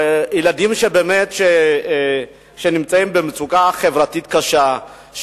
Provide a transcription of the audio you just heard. ילדים שבאמת נמצאים במצוקה חברתית קשה,